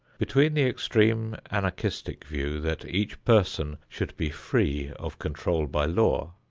between the extreme anarchistic view that each person should be free of control by law,